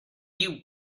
you